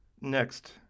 Next